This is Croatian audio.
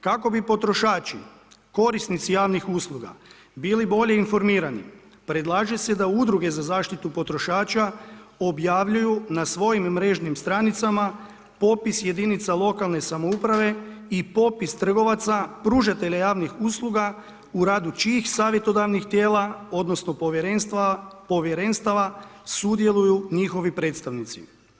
Kako bi potrošači, korisnici javnih usluga bili bolje informirani predlaže se da udruge za zaštitu potrošača objavljuju na svojim mrežnim stranicama popis jedinica lokalne samouprave i popis trgovaca, pružatelja javnih usluga u radu čijih savjetodavnih tijela, odnosno povjerenstava sudjeluju njihovi predstavnici.